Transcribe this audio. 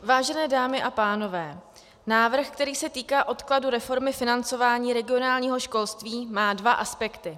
Vážené dámy a pánové, návrh, který se týká odkladu reformy financování regionálního školství, má dva aspekty.